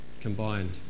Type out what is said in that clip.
combined